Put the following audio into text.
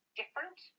different